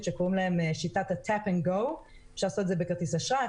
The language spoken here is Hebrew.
שקוראים להן שיטת ה tap and go אפשר לעשות את זה בכרטיס אשראי,